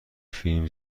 فیلم